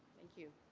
thank you,